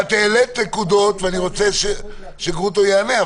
את העלית נקודות ואני רוצה שפרופ' גרוטו יענה.